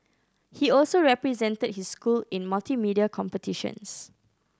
he also represented his school in multimedia competitions